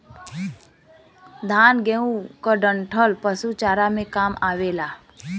धान, गेंहू क डंठल पशु चारा में काम आवेला